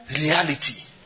reality